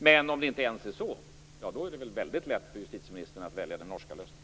Men om det inte ens är så är det väl väldigt lätt för justitieministern att välja den norska lösningen?